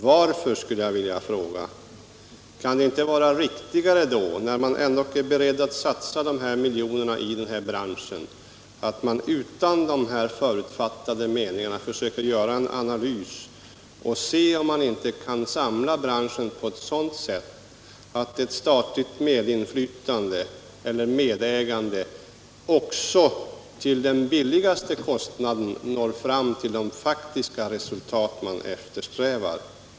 Varför, skulle jag vilja fråga. Kan det inte vara riktigare att man, när man ändå är beredd att satsa de här miljonerna i branschen, utan förutfattade meningar försöker göra en analys och se om man inte kan samla branschen på ett sådant sätt att ett statligt medinflytande eller medägande också till den lägsta kostnaden kan leda till de faktiska resultat man eftersträvar?